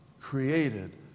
created